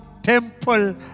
temple